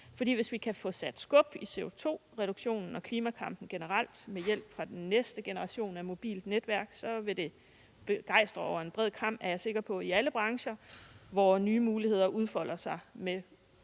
hvis vi kan få sat skub i CO₂-reduktionen og klimakampen generelt med hjælp fra den næste generation af mobilt netværk, er jeg sikker på, at det vil begejstre over en bred kam i alle brancher, hvor nye muligheder udfolder sig parallelt